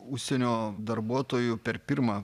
užsienio darbuotojų per pirmą